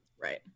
right